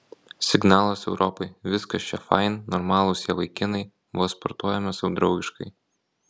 signalas europai viskas čia fain normalūs jie vaikinai va sportuojame sau draugiškai